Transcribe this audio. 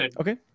Okay